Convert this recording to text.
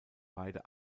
beide